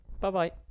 Bye-bye